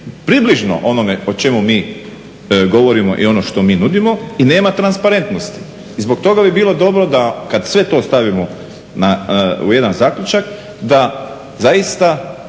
približno onome o čemu mi govorimo i ono što mi nudimo i nema transparentnosti. I zbog toga bi bilo dobro kad sve to stavimo na, u jedan zaključak da zaista